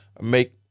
make